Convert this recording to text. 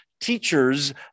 teachers